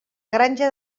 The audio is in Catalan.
granja